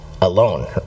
alone